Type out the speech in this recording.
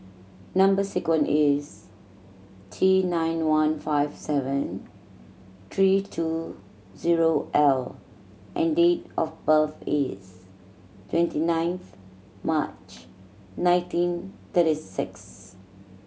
number sequence is T nine one five seven three two zero L and date of birth is twenty ninth March nineteen thirty six